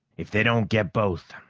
if they don't get both,